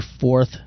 fourth